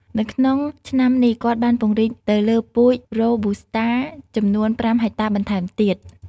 នៅក្នុងឆ្នាំនេះ គាត់បានពង្រីកទៅលើពូជ Robusta ចំនួន៥ហិកតាបន្ថែមទៀត។